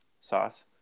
sauce